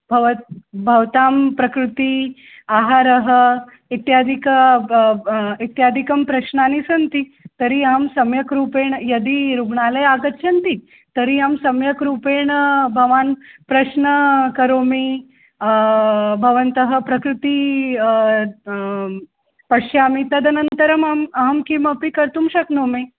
भवतः भवतां प्रकृतिः आहारः इत्यादीनां वा ब इत्यादयः प्रश्नाः सन्ति तर्हि अहं सम्यक् रूपेण यदि रुग्णालये आगच्छन्ति तर्हि अहं सम्यक् रूपेण भवन्तं प्रश्नं करोमि भवन्तः प्रकृतिः पश्यामि तदनन्तरमम् अहं किमपि कर्तुं शक्नोमि